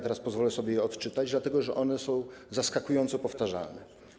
Teraz pozwolę sobie je odczytać, dlatego że one są zaskakująco powtarzalne.